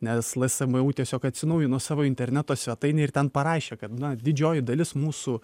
nes lsmu tiesiog atsinaujino savo interneto svetainę ir ten parašė kad na didžioji dalis mūsų